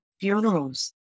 funerals